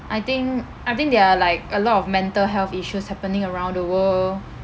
I think I think there are like a lot of mental health issues happening around the world